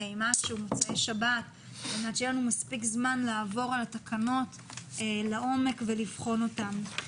הדיון על מנת שיהיה לנו מספיק זמן לעבור על התקנות לעומק ולבחון אותן.